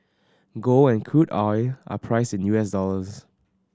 gold and crude oil are priced in U S dollars